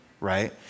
right